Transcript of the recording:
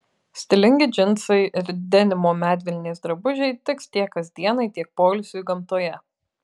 stilingi džinsai ir denimo medvilnės drabužiai tiks tiek kasdienai tiek poilsiui gamtoje